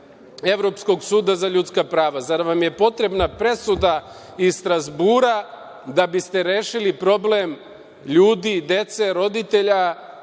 Evropskog suda za ljudska prava. Zar vam je potrebna presuda iz Strazbura da biste rešili problem ljudi, dece, roditelja,